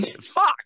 Fuck